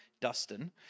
Dustin